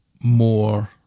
more